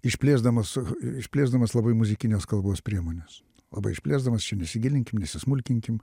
išplėsdamas ir išplėsdamas labai muzikinės kalbos priemones labai išplėsdamas čia nesigilinkim nesismulkinkim